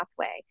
pathway